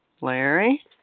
Larry